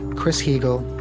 chris heagle,